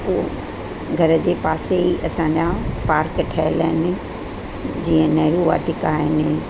उहो घर जे पासे ई असांजा पार्क ठहियल आहिनि जीअं नेहरू वाटिका आहिनि